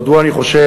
מדוע אני חושב,